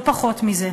לא פחות מזה.